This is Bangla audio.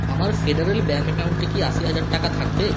আমার ফেডারাল ব্যাঙ্ক অ্যাকাউন্টে কি আশি হাজার টাকা থাকবে